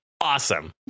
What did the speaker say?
Awesome